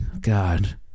god